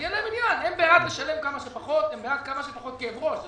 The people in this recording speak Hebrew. הם בעד לשלם כמה שפחות, הם בעד כמה שפחות כאב ראש.